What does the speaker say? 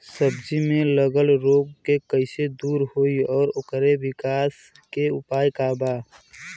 सब्जी में लगल रोग के कइसे दूर होयी और ओकरे विकास के उपाय का बा?